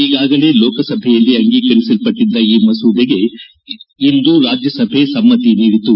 ಈಗಾಗಲೇ ಲೋಕಸಭೆಯಲ್ಲಿ ಅಂಗೀಕರಿಸಲ್ಪಟ್ಟಿದ್ದ ಈ ಮಸೂದೆಗೆ ಇಂದು ರಾಜ್ಯಸಭೆ ಸಮ್ಮತಿ ನೀದಿತು